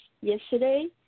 yesterday